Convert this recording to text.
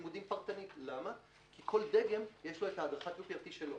לימודים פרטנית כי כל דגם יש לו את הדרכת UPRT שלו,